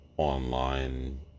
online